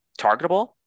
targetable